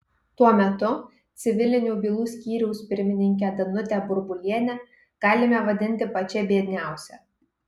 tuo metu civilinių bylų skyriaus pirmininkę danutę burbulienę galime vadinti pačia biedniausia